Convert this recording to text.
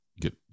get